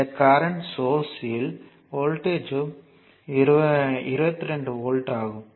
இந்த current source இல் வோல்ட்டேஜ்யும் 22 வோல்ட் ஆகும்